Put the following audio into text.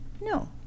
no